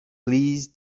please